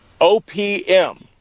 OPM